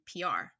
PR